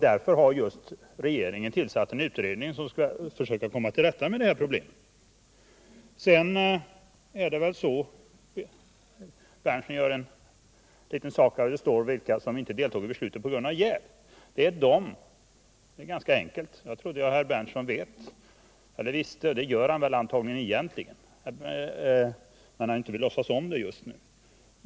Därför har regeringen tillsatt en utredning, som skall försöka komma til! rätta med de här problemen. Herr Berndtson gör sak av det förhållandet att det står vilka som inte deltog i beslutet på grund av jäv. Det hela är ganska enkelt, och jag tror att herr Berndtson vet hur det ligger till fastän han inte vill låtsas om det just nu.